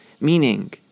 Meaning